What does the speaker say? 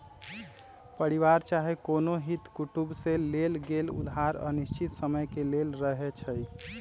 परिवार चाहे कोनो हित कुटुम से लेल गेल उधार अनिश्चित समय के लेल रहै छइ